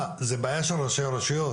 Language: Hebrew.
מה זו בעיה של ראשי הרשויות?